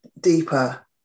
deeper